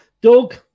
Doug